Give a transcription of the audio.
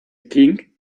king